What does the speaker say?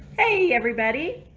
hey everybody!